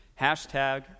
Hashtag